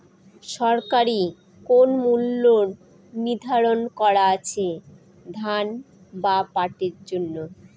সরকারি কোন মূল্য নিধারন করা আছে ধান বা পাটের জন্য?